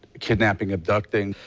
kidnapping, abducting.